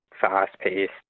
fast-paced